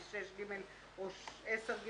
סעיף קטן (ג) אושר עם